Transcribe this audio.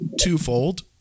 twofold